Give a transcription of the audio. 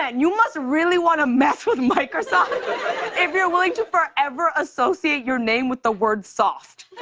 and you must really want to mess with microsoft if you're willing to forever associate your name with the word soft.